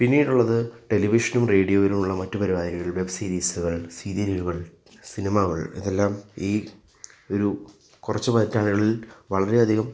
പിന്നീടുള്ളത് ടെലിവിഷനും റേഡിയോയിലുമുള്ള മറ്റുപരിപാടികൾ സീരീസുകൾ സീരിയലുകൾ സിനിമകൾ എല്ലാം ഈ ഒരു കുറച്ചു പതിറ്റാണ്ടുകളിൽ വളരെയധികം